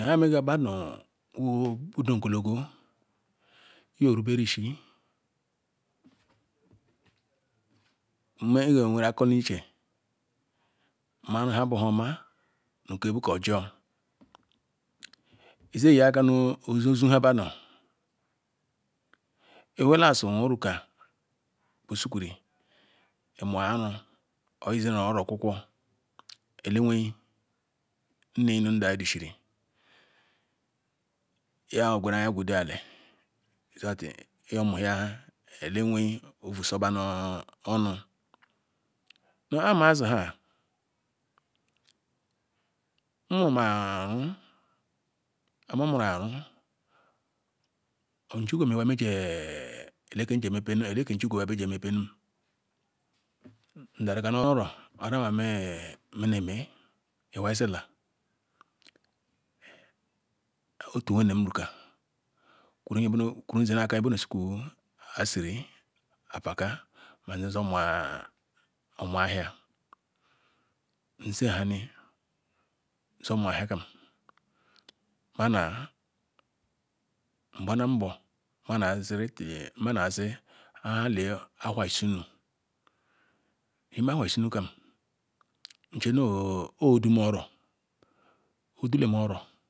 Nhamega badu bu ndu ugulugo nye-ruberishi Meh ljo weh ru akoniche mara nhe bu homa nukeh bu nke-ojor lze eyi akah nu ozu nhe budu lwo-la SI nwojuka nweisu kuri lma-aru or lzere oro okukwo ele-nwei nnehi nu ndam-yi nyilhiri lyai gweru ayah gwedu ali su that-ejor muya nha ele-nwei oyusoba nu-onu nu-arm mazi nha nmaru aru eh mah muru arunjigwu lwai meje ele-nkem jigu lwai weh jeh mepe nu ndara gah nu oro oza nhe meh meh lwai zila otu wenenye-juka kujum zeh akah weh jor suku Asiri apaka mah meh je meh jor mu anu na o. u ahia nzehani nzor mu ahia kam mama ngbalam ahuah lsuru ni imeh ahuah lsuru kam nchenu rh ojor dum moroh adulem oro.